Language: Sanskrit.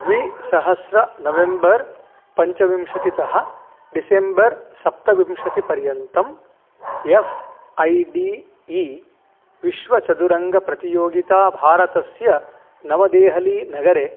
द्विसहस्र नवेम्बर् पञ्चविंशतितः डिसेम्बर् सप्तविंशतिपर्यन्तं एफ़् ऐ डि ई विश्वचतुरङ्गप्रतियोगिता भारतस्य नवदेहली नगरे